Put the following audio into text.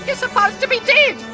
supposed to be dead!